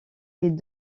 est